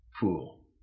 fool